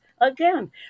again